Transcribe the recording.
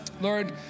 Lord